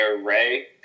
Ray